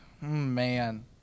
man